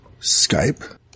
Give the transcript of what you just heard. Skype